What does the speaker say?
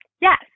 Yes